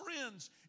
friends